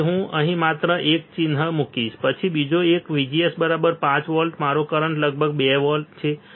તેથી હું અહીં માત્ર એક ચિહ્ન મુકીશ પછી બીજો એક VGS 5 વોલ્ટ મારો કરંટ લગભગ 2 છે